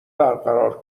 برقرار